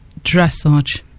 Dressage